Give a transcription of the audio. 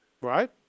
Right